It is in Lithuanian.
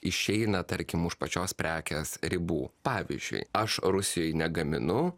išeina tarkim už pačios prekės ribų pavyzdžiui aš rusijoj negaminu